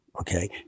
Okay